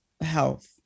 health